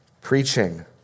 preaching